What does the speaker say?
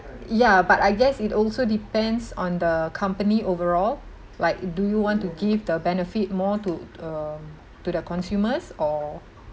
ya but I guess it also depends on the company overall like do you want to give the benefit more to uh to the consumers or